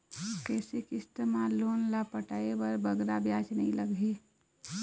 कइसे किस्त मा लोन ला पटाए बर बगरा ब्याज नहीं लगही?